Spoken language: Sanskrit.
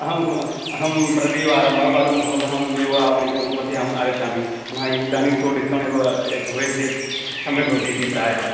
अहम् अहं प्रतिवारं वा वारं भवतां एव आपणिकं मध्ये अहम् आगच्छामि पुनः इदानीं तु डिस्कौन्ट् एव भवेत् चेत् सम्यक् भवति इति प्रायः